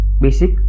basic